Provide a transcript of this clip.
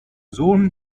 sohn